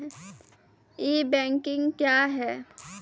ई banking क्या हैं?